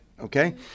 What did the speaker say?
Okay